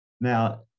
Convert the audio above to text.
Now